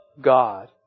God